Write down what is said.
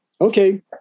okay